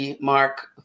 Mark